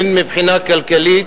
הן מבחינה כלכלית,